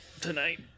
tonight